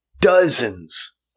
dozens